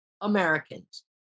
Americans